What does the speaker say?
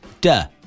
duh